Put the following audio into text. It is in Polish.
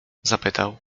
zapytał